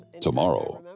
tomorrow